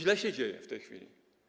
Źle się dzieje w tej chwili.